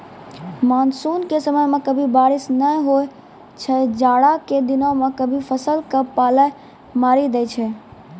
monsoon के समय मॅ कभी बारिश नाय होय छै, जाड़ा के दिनों मॅ कभी फसल क पाला मारी दै छै